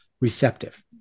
receptive